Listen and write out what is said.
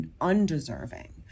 undeserving